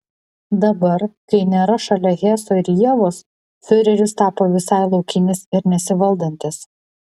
dabar kai nėra šalia heso ir ievos fiureris tapo visai laukinis ir nesivaldantis